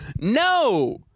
No